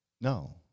No